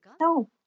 No